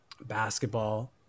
basketball